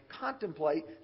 contemplate